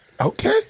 Okay